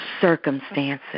circumstances